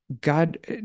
God